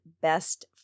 best